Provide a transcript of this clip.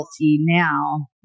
now